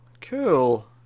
cool